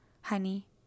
Honey